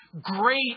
Great